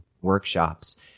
workshops